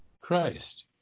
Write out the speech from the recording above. Christ